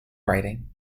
writing